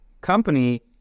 company